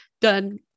done